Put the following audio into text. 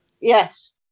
Yes